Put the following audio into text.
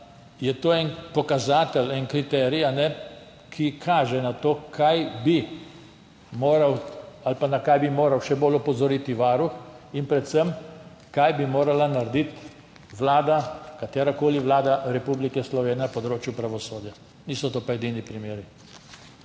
je to en pokazatelj, en kriterij, ki kaže na to, na kaj bi moral še bolj opozoriti Varuh, in predvsem, kaj bi morala narediti Vlada, katerakoli vlada Republike Slovenije, na področju pravosodja. Niso pa to edini primeri.